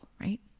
Right